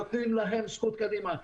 נותנים להם זכות קדימה.